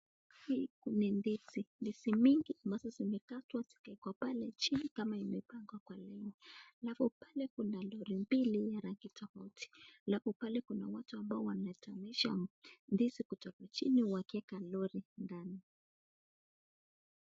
Hii ni ndizi. Ndizi mingi ambazo zimekatwa zikawekwa pale jini kama imepangwa kwa laini na rubani kuna lori mbili ya rangi tofauti alafu pale kuna watu ambao wanatoanisha ndizi kutoka jini kuweka lori ndani.